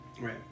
right